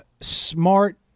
smart